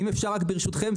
אם אפשר, ברשותכם.